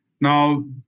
Now